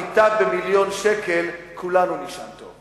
עם מיטה במיליון שקל כולנו נישן טוב.